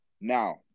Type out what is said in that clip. Now